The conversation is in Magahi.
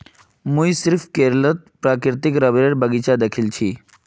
मुई सिर्फ केरलत प्राकृतिक रबरेर बगीचा दखिल छि